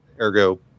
ergo